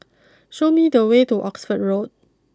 show me the way to Oxford Road